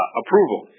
approval